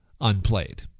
unplayed